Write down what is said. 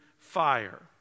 fire